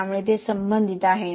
त्यामुळे ते संबंधित आहे